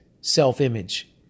self-image